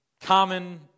common